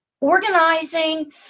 organizing